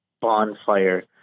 bonfire